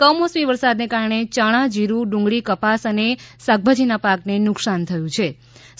કમોસમી વરસાદને કારણે ચણા જીરૂ ડુંગળી કપાસ શાકભાજીનાં પાકને નુકસાન થયું છી